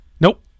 Nope